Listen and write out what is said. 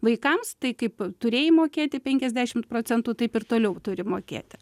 vaikams tai kaip turėjai mokėti penkiasdešimt procentų taip ir toliau turi mokėti